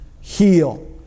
heal